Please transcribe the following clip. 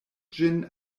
ĝin